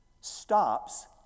stops